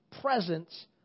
presence